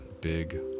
big